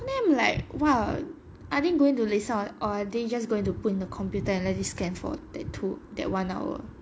then I'm like !wah! are they going to listen or are they just going to put in the computer and let it scan for the two that one hour